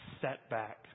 setback